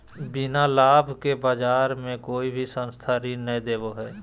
बिना लाभ के बाज़ार मे कोई भी संस्था ऋण नय देबो हय